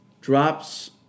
Drops